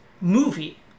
movie